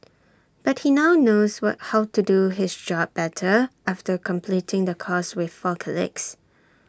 but he now knows what how to do his job better after completing the course with four colleagues